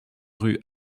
rue